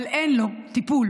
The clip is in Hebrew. אבל אין לו טיפול,